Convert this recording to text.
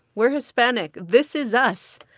we're hispanic. this is us.